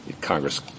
Congress